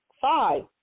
Five